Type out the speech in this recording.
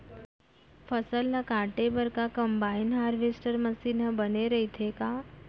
फसल ल काटे बर का कंबाइन हारवेस्टर मशीन ह बने रइथे का?